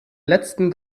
letzten